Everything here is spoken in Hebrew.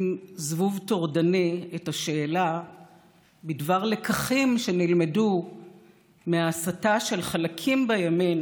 זבוב טורדני את השאלה בדבר לקחים שנלמדו מההסתה של חלקים בימין